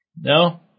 No